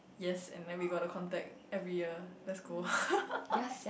yes and then we got the contact every year let's go